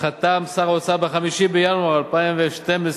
חתם שר האוצר ב-5 בינואר 2012,